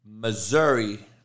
Missouri